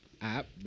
app